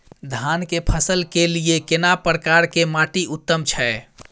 धान की फसल के लिये केना प्रकार के माटी उत्तम छै?